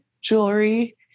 Jewelry